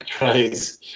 Right